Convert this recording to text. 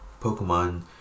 Pokemon